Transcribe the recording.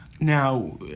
Now